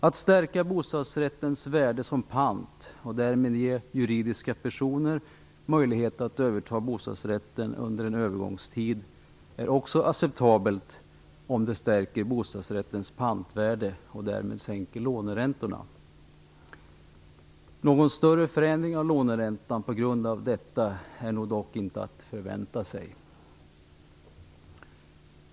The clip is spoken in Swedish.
Att stärka bostadsrättens värde som pant, och därmed ge juridiska personer möjligheter att överta bostadsrätten under en övergångstid är också acceptabelt om det stärker bostadsrättens pantvärde och därmed sänker låneräntorna. Någon större förändring av låneräntorna är nog dock inte att förvänta sig.